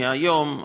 מהיום,